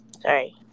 Sorry